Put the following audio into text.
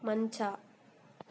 ಮಂಚ